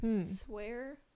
Swear